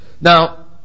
Now